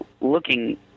looking